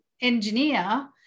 engineer